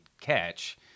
catch